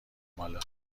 بالا